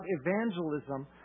evangelism